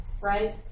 right